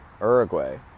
Uruguay